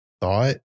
thought